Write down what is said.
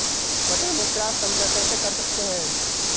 मटर में क्रॉस संकर कैसे कर सकते हैं?